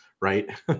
right